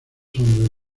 hombres